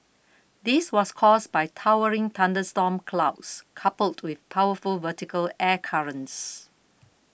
this was caused by towering thunderstorm clouds coupled with powerful vertical air currents